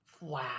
wow